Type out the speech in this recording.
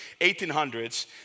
1800s